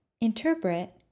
Interpret